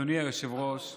אדוני היושב-ראש,